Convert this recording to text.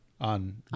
On